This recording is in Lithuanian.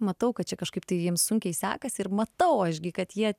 matau kad čia kažkaip tai jiems sunkiai sekasi ir matau aš gi kad jie